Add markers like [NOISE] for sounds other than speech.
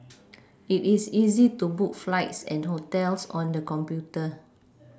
it is easy to book flights and hotels on the computer [NOISE]